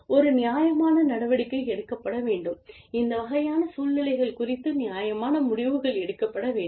ஒரு நியாயமான நடவடிக்கை எடுக்கப்பட வேண்டும் இந்த வகையான சூழ்நிலைகள் குறித்து நியாயமான முடிவுகள் எடுக்கப்பட வேண்டும்